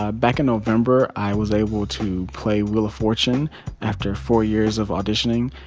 ah back in november, i was able to play wheel of fortune after four years of auditioning.